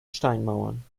steinmauern